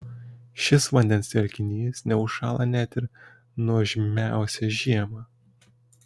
šis vandens telkinys neužšąla net ir nuožmiausią žiemą